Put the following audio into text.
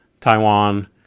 Taiwan